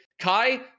Kai